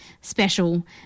special